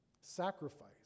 Sacrifice